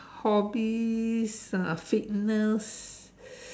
hobbies uh fitness